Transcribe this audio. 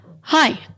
Hi